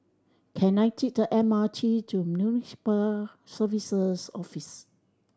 can I take the M R T to Municipal Services Office